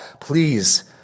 please